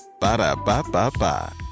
Ba-da-ba-ba-ba